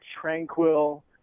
tranquil